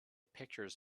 pictures